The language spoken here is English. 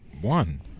one